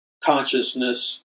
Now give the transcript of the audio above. consciousness